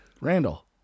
Randall